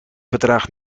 bedraagt